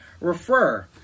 refer